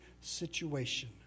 situation